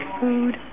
food